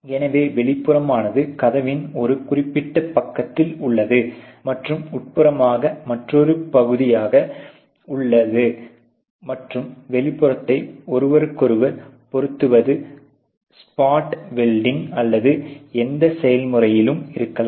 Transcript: எனவே வெளிப்புறமானது கதவின் ஒரு குறிப்பிட்ட பக்கத்தில் உள்ளது மற்றும் உட்புறமானது மற்றொரு புதியதாக உள் மற்றும் வெளிப்புறத்தை ஒருவருக்கொருவர் பொறுத்தும் ஸ்பாட் வெல்டிங் அல்லது எந்த செயல்முறையிலும் இருக்கலாம்